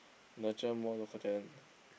nurture more local talent